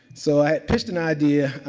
so i pitched an idea